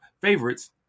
favorites